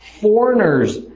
foreigners